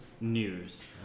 news